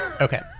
okay